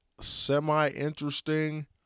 semi-interesting